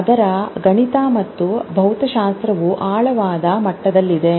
ಅದರ ಗಣಿತ ಮತ್ತು ಭೌತಶಾಸ್ತ್ರವು ಆಳವಾದ ಮಟ್ಟದಲ್ಲಿದೆ